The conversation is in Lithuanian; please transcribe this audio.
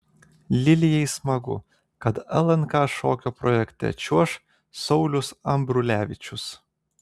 lilijai smagu kad lnk šokio projekte čiuoš saulius ambrulevičius